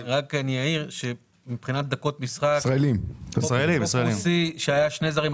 רק אני אעיר שמבחינת דקות משחק חוק רוסי שהיה שני זרים,